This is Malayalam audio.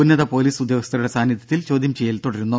ഉന്നത പോലീസ് ഉദ്യോഗസ്ഥരുടെ സാന്നിധ്യത്തിൽ ചോദ്യം ചെയ്യൽ തുടരുന്നു